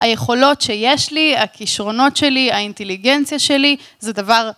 היכולות שיש לי, הכישרונות שלי, האינטליגנציה שלי, זה דבר